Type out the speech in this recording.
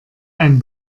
ein